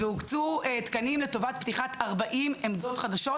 והוקצו תקנים לטובת פתיחת ארבעים עמדות חדשות